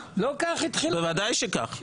בוודאי שכך.